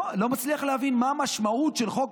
אני לא מצליח להבין מה המשמעות של חוק,